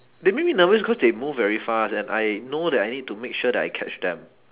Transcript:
they make me nervous because they move very fast and I know that I need to make sure that I catch them